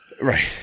Right